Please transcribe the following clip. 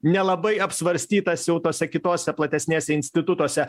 nelabai apsvarstytas jau tuose kitose platesnėse institutuose